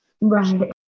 Right